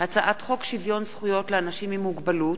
הצעת חוק שוויון זכויות לאנשים עם מוגבלות